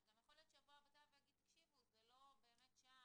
גם יכול להיות שיבוא הבט"פ ויגיד זה לא באמת שם,